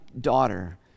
daughter